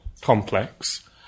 Complex